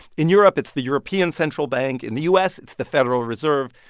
in europe, it's the european central bank. in the u s, it's the federal reserve.